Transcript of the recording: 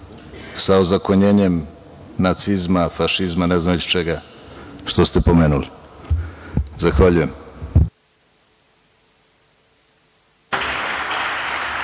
sa ozakonjenjem nacizma, fašizma, ne znam više čega, što ste pomenuli. Zahvaljujem.